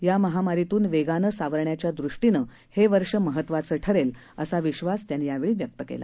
या महामारीतून वेगानं सावरण्याच्यादृष्टीनं हे वर्ष महत्वाचं ठरेल असा विश्वास त्यांनी व्यक्त केला